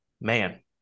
Man